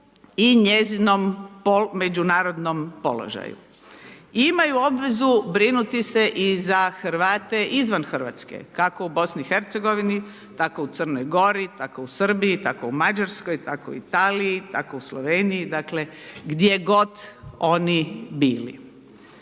i njezinom međunarodnom položaju. Imaju obvezu brinuti se i za Hrvate izvan Hrvatske, kako u BiH tako u Crnoj Gori, tako u Srbiji, tako u Mađarskoj, tako u Italiji, tako u Sloveniji, dakle gdje oni bili.